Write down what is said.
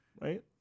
Right